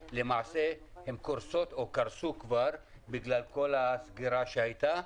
קורסות או שהן כבר קרסו בגלל הסגירה שהייתה,